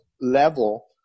level